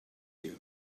you